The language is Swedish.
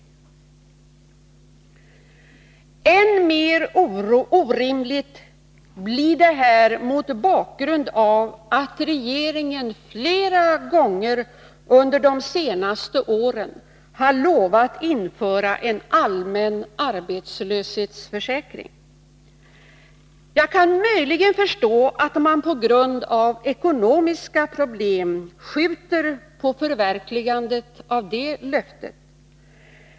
Herr talman! Än mer orimligt blir detta mot bakgrund av att regeringen flera gånger under de senaste åren har lovat att införa en allmän arbetslöshetsförsäkring. Jag kan möjligen förstå att man på grund av ekonomiska problem skjuter på förverkligandet av det löftet.